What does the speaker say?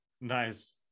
Nice